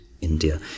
India